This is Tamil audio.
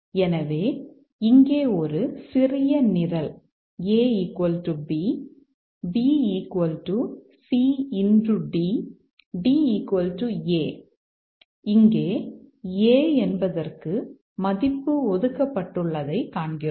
எனவே இங்கே ஒரு சிறிய நிரல் a b b c d d a இங்கே a என்பதற்கு மதிப்பு ஒதுக்கப்பட்டுள்ளதை இங்கே காண்கிறோம்